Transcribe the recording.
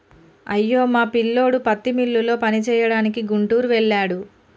అయ్యో మా పిల్లోడు పత్తి మిల్లులో పనిచేయడానికి గుంటూరు వెళ్ళాడు